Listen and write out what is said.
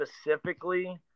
specifically